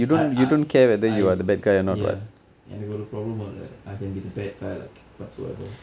I I I ya எனக்கு ஒரு:enakku oru problem வும் இல்ல:vum illa I can be the bad guy like whatsoever